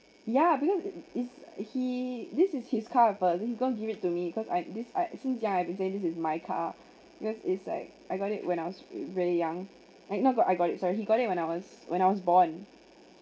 ya because it's he this is his car before then he's going to give it to me cause I this I actually ya say this is my car because it's like I got it when I was really young like not got I got it sorry he got it when I was when I was born